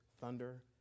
thunder